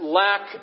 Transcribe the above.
lack